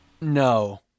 No